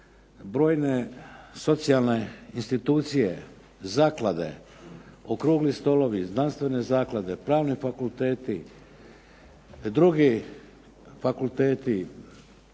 brojne socijalne institucije, zaklade, okrugli stolovi, znanstvene zaklade, pravni fakulteti, drugi fakulteti,